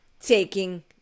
taking